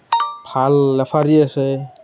ভাল ৰেফাৰী আছে